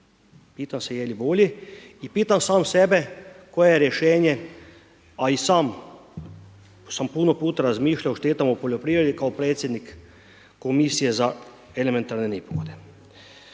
Pitam se je li bolji i pitam sam sebe koje je rješenje, a i sam sam puno puta razmišljao o štetama u poljoprivredi kao predsjednik komisije za elementarne nepogode.